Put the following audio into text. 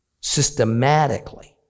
systematically